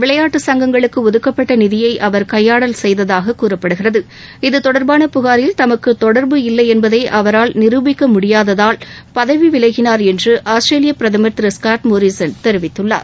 விளையாட்டு சுங்கங்களுக்கு ஒதுக்கப்பட்ட நிதியை அவர் கையாடல் செய்ததாகக் கூறப்படுகிறது இது தொடர்பான புகாரில் தமக்கு தொடர்பு இல்லையென்பதை அவரால் நிரூபிக்க முடியாததால் பதவி விலகினார் என்று ஆஸ்திரேலிய பிரதமர் திரு ஸ்காட் மோரிசன் தெரிவித்துள்ளார்